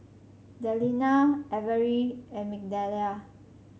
Delina Averi and Migdalia